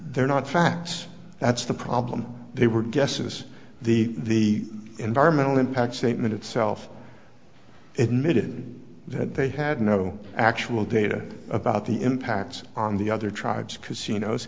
they're not facts that's the problem they were guesses the the environmental impact statement itself admitted that they had no actual data about the impacts on the other tribes casinos